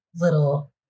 little